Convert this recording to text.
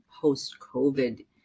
post-COVID